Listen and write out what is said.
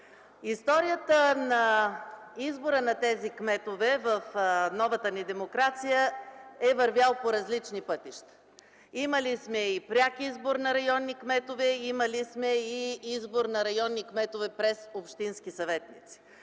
Историята на избора на тези кметове в новата ни демокрация е вървяла по различни пътища. Имали сме и пряк избор на районни кметове, имали сме и избор на районни кметове през общински съветници.